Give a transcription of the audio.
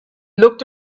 looked